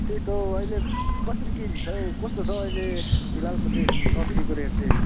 त्यही त हौ अहिले कसरी केजी छ हौ कस्तो छ हौ अहिले फिलहालको चाहिँ सब्जीको रेट चाहिँ